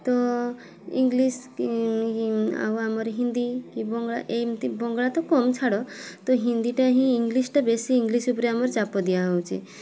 ତ ଇଂଲିସ୍ କି ଆଉ ଆମର ହିନ୍ଦୀ କି ବଙ୍ଗଳା ଏମିତି ବଙ୍ଗଳା ତ କମ୍ ଛାଡ଼ ତ ହିନ୍ଦୀଟା ହିଁ ଇଂଲିସ୍ଟା ବେଶୀ ଇଂଲିସ୍ ଉପରେ ଆମର ଚାପ ଦିଆହେଉଛି